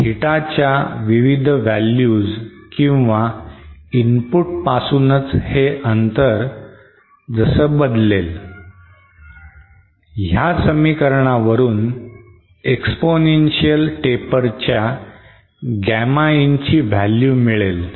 Theta च्या विविध value किंवा इनपुट पासूनच हे अंतर जस बदलेल ह्या समीकरणावरून एक्सपोनेन्शिअल taper च्या Gamma in ची व्हॅल्यू मिळेल